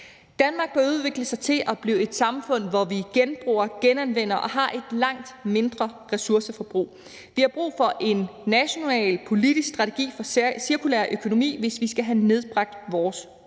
Danmark bør udvikle sig til at blive et samfund, hvor vi genbruger, genanvender og har et langt mindre ressourceforbrug. Vi har brug for en national politisk strategi for cirkulær økonomi, hvis vi skal have nedbragt vores